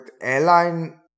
airline